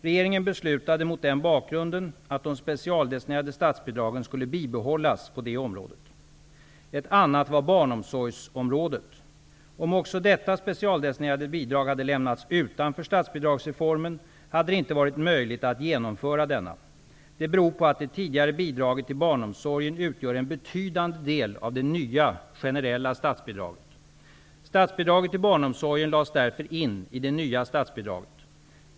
Regeringen beslutade mot den bakgrunden att de specialdestinerade statsbidragen skulle bibehållas på detta område. Ett annat var barnomsorgsområdet. Om också detta specialdestinerade bidrag hade lämnats utanför statsbidragsreformen hade det inte varit möjligt att genomföra denna. Det beror på att det tidigare bidraget till barnomsorgen utgör en betydande del av det nya generella statsbidraget. Statsbidraget till barnomsorgen lades därför in i det nya statsbidraget.